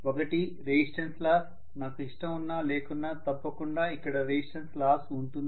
ఒకటి resistance loss నాకు ఇష్టం ఉన్నా లేకున్నా తప్పకుండా ఇక్కడ రెసిస్టన్స్ లాస్ ఉంటుంది